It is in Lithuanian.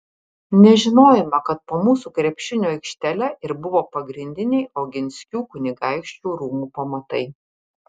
nežinojome kad po mūsų krepšinio aikštele ir buvo pagrindiniai oginskių kunigaikščių rūmų pamatai